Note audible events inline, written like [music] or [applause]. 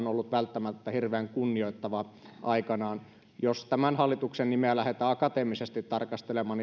[unintelligible] ollut välttämättä hirveän kunnioittavaa aikanaan jos tämän hallituksen nimeä lähdetään akateemisesti tarkastelemaan [unintelligible]